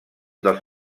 dels